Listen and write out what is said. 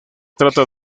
trata